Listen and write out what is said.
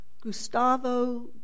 Gustavo